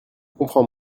comprends